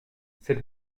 cette